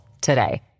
today